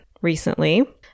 recently